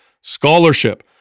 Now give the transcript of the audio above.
scholarship